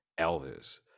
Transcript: Elvis